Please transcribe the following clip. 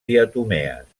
diatomees